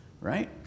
Right